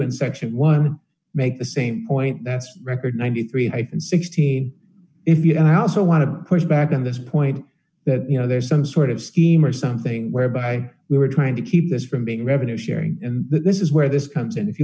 in section one make the same point that's record ninety three and sixty if you don't i also want to push back on this point that you know there's some sort of scheme or something whereby we were trying to keep this from being revenue sharing and this is where this comes and if you